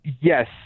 Yes